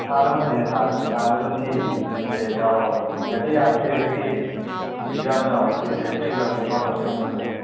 ꯊꯥꯗ ꯍꯨꯟꯗꯣꯏꯅꯦ ꯊꯥꯗ ꯑꯗꯨꯝ ꯊꯥꯗ ꯁꯨꯝ ꯊꯤꯗꯣꯏꯅꯤ ꯑꯗꯨꯝ ꯏꯟꯇꯔꯦꯁ ꯌꯥꯎꯔꯒꯀꯣ ꯏꯟꯇꯔꯦꯁ ꯌꯥꯝꯅ ꯏꯟꯇꯔꯦꯁꯁꯨ ꯄꯤꯛꯏ ꯀꯩꯁꯨ ꯌꯥꯝꯅ ꯆꯥꯎꯕ ꯅꯠꯇꯦ ꯏꯟꯇꯔꯦꯁ ꯊ꯭ꯔꯤ ꯄꯥꯔꯁꯦꯟ ꯐꯣꯔ ꯄꯥꯔꯁꯦꯟꯃꯨꯛ ꯈꯛꯇꯅꯤ